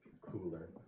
cooler